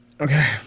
Okay